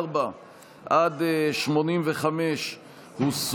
54 בעד, 61 נגד.